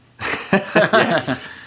Yes